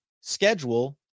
schedule